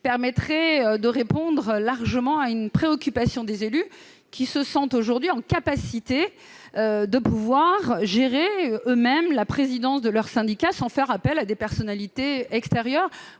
permettrait de répondre en grande partie à la préoccupation de ces élus qui se sentent aujourd'hui capables de gérer eux-mêmes la présidence de leur syndicat sans faire appel à des personnalités extérieures.